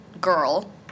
girl